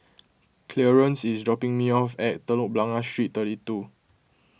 Clearence is dropping me off at Telok Blangah Street thirty two